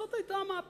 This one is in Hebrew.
זאת היתה המהפכה.